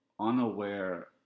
Unaware